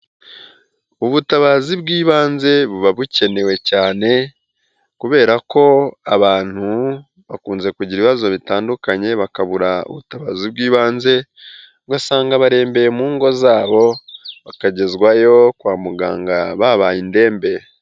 Ubutabazi bw'ibanze buba bukenewe cyane kubera ko abantu bakunze kugira ibibazo bitandukanye bakabura ubutabazi bw'ibanze ugasanga barembeye mu ngo zabo bakagezwayo kwa muganga babaye indembe.